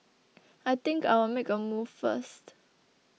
I think I'll make a move first